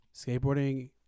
skateboarding